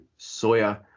Soya